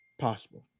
possible